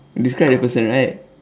describe the person right